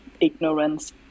ignorance